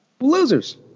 Losers